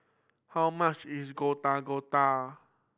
how much is Gado Gado